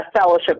fellowship